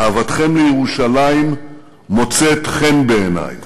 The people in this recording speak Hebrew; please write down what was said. אהבתכם לירושלים מוצאת חן בעיני.